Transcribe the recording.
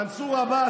מנסור עבאס,